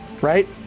right